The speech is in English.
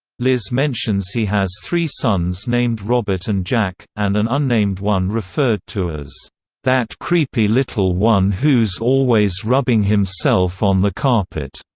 liz mentions he has three sons named robert and jack, and an unnamed one referred to as that creepy little one who's always rubbing himself on the carpet.